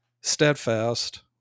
steadfast